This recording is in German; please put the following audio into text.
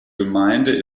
gemeinde